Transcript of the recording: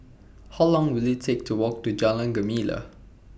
How Long Will IT Take to Walk to Jalan Gemala